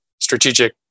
strategic